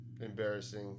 embarrassing